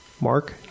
Mark